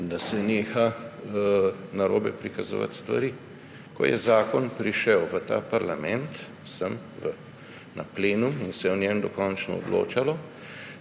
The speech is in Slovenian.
da se neha narobe prikazovati stvari. Ko je zakon prišel v ta parlament, na plenum in se je o njem dokončno odločalo,